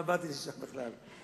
מה באתי לשם בכלל.